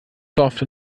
soft